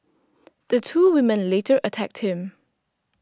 the two women later attacked him